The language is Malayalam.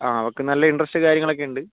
ആ അവൾക്ക് നല്ല ഇൻട്രസ്റ്റ് കാര്യങ്ങളൊക്കെയുണ്ട്